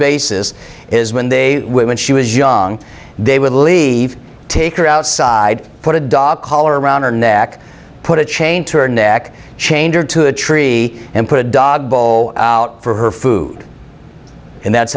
basis is when they when she was young they would leave take her outside put a dog collar around her neck put a chain to her neck change her to a tree and put a dog out for her food and that's